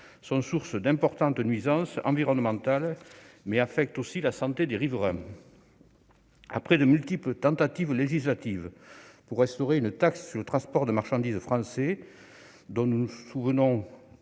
sont source d'importantes nuisances environnementales et affectent aussi la santé des riverains. Après de multiples tentatives législatives pour instaurer une taxe sur le transport de marchandises français, dont nous n'avons